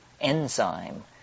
enzyme